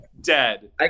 dead